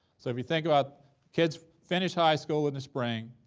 so if you think about kids finish high school in the spring,